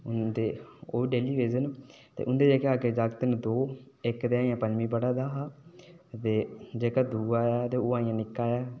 हुन ते ओह् ड़ेलीवेजर न ते हुंदे जेह्के अग्गै जाक्त न दौ इक ते अजें पंजमीं पढ़ा दा हा ते जेह्का दूआ ऐ ओह् ते अजें निक्का ऐ